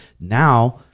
now